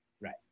Right